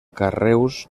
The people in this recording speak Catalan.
carreus